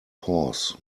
pause